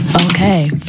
okay